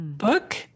book